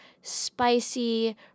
spicy